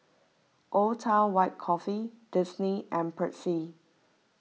Old Town White Coffee Disney and Persil